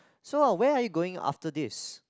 so where are you going after this